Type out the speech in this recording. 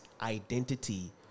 identity